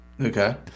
Okay